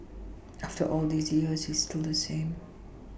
after all these years he's still the same